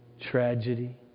tragedy